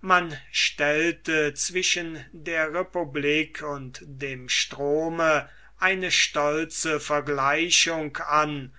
man stellte zwischen der republik und dem strome eine stolze vergleichung an